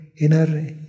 inner